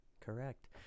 correct